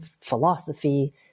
philosophy